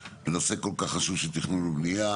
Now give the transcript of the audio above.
בנושא כל כך חשוב של תכנון ובנייה.